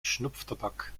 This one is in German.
schnupftabak